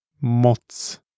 mots